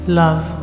love